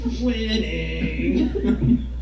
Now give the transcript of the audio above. Winning